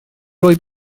roi